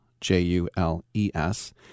J-U-L-E-S